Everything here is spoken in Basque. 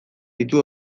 ditu